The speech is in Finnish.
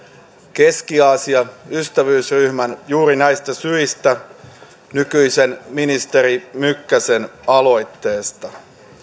keski aasian ystävyysryhmän juuri näistä syistä nykyisen ministeri mykkäsen aloitteesta